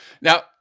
Now